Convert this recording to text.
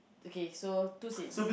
okay so two seats